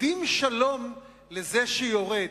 יקדים שלום לזה שיורד,